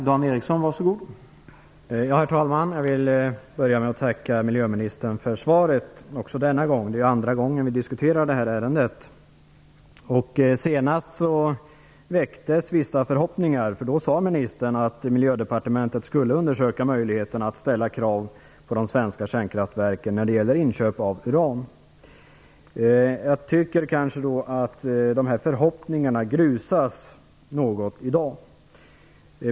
Herr talman! Jag tackar miljöministern för svaret också denna gång - det är ju andra gången som vi diskuterar det här ärendet. Senast vi diskuterade detta väcktes vissa förhoppningar, för då sade ministern att Miljödepartementet skulle undersöka möjligheterna att ställa krav på de svenska kärnkraftverken när det gäller inköp av uran. Jag tycker nog att dessa förhoppningar grusas något i dag.